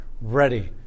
ready